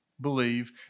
believe